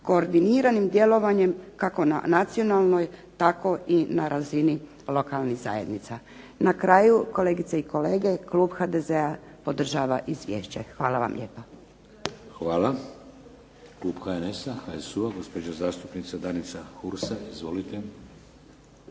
koordiniranim djelovanjem kako na nacionalnoj tako i na razini lokalnih zajednica. Na kraju, kolegice i kolege, klub HDZ-a podržava izvješće. Hvala vam lijepa. **Šeks, Vladimir (HDZ)** Hvala. Klub HNS-HSU-a, gospođa zastupnica Danica Hursa. Izvolite.